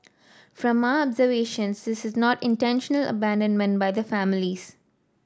from our observation this is not intentional abandonment by the families